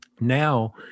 Now